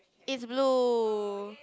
it's blue